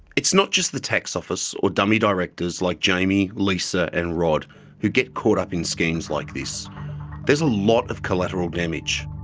it's not just the tax office or dummy directors like jamie, lisa and rod who get caught up in schemes like this there's a lot of collateral damage.